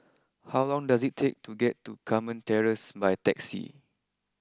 how long does it take to get to Carmen Terrace by taxi